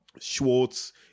Schwartz